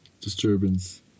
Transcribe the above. disturbance